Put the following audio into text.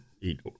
eat